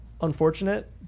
unfortunate